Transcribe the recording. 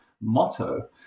motto